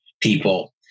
people